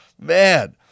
man